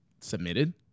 submitted